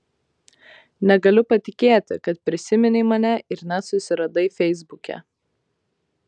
negaliu patikėti kad prisiminei mane ir net susiradai feisbuke